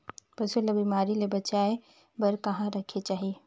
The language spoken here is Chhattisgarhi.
पशु ला बिमारी ले बचाय बार कहा रखे चाही?